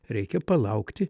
reikia palaukti